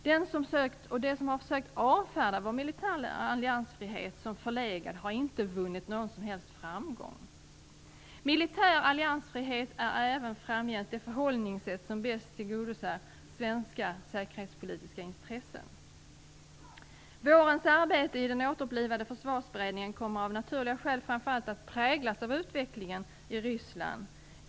De som sökt avfärda vår militära alliansfrihet som förlegad har inte vunnit någon som helst framgång. Militär alliansfrihet är även framgent det förhållningssätt som bäst tillgodoser svenska säkerhetspolitiska intressen. Vårens arbete i den återupplivade Försvarsberedningen kommer av naturliga skäl framför allt att präglas av utvecklingen i Ryssland.